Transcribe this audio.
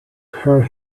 hear